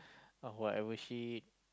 not whatever wish